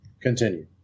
continue